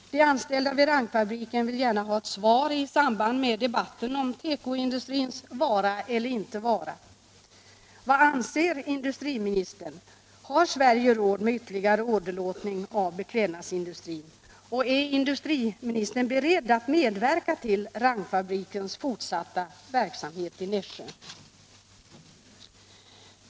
De anställda vid Rangfabriken vill gärna ha ett svar i samband med debatten om tekoindustrins vara eller inte vara. Vad anser industriministern? Har Sverige råd med ytterligare åderlåtning av beklädnadsindustrin? Är industriministern beredd att medverka till Rangfabrikens fortsatta verksamhet i Nässjö?